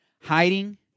hiding